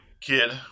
kid